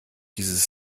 dieses